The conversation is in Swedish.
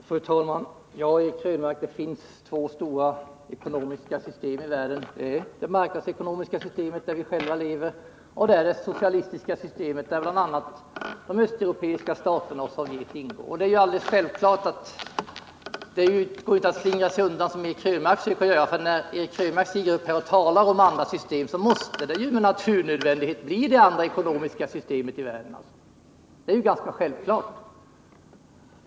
Fru talman! Det finns, Eric Krönmark, två stora ekonomiska system här i världen. Det är det marknadsekonomiska, där vi själva lever, och det socialistiska systemet, där bl.a. de östeuropeiska staterna och Sovjet ingår. Det går inte att slingra sig undan som Eric Krönmark försöker göra, för när han stiger upp och talar om andra ekonomiska system så måste det ju med naturnödvändighet bli detta andra ekonomiska system i världen — det är ganska självklart.